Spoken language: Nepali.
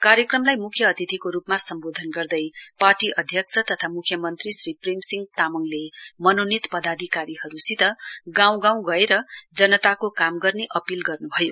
कार्यक्रमलाई म्ख्य अतिथिको रूपमा सम्बोधन गर्दै पार्टी अध्यक्ष तथा म्ख्यमन्त्री श्री प्रेम सिंह तामाङले मनोनित पदाधिकारीहरूसित गाउँ गाउँ गएर जनताको काम गर्ने अपील गर्नुभयो